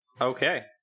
Okay